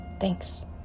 Thanks